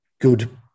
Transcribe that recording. good